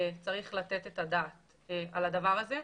שצריך לתת את הדעת על הדבר הזה.